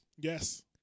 Yes